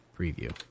preview